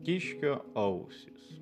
kiškio ausys